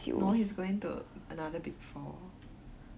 no he's going to another big four